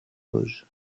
auge